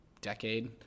decade